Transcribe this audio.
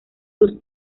sus